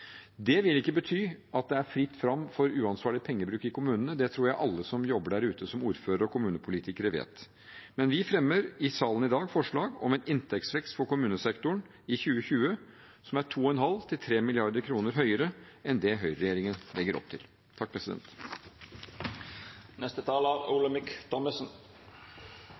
Det vil ikke bety at det er fritt fram for uansvarlig pengebruk i kommunene. Det tror jeg alle som jobber der ute som ordførere og kommunepolitikere, vet. Men vi fremmer i salen i dag forslag om en inntektsvekst for kommunesektoren i 2020 som er 2,5–3 mrd. kr høyere enn det høyreregjeringen legger opp til.